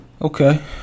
Okay